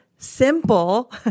simple